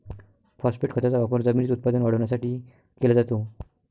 phosphate खताचा वापर जमिनीत उत्पादन वाढवण्यासाठी केला जातो